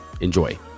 Enjoy